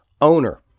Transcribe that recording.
owner